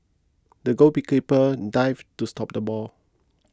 the goalkeeper dived to stop the ball